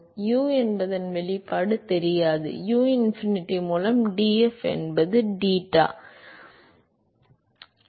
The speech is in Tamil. எனவே u என்பதன் வெளிப்பாடு தெரியாது u இன்ஃபினிட்டியின் மூலம் df என்பது d eta